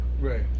Right